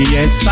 Yes